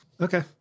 Okay